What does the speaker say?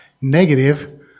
negative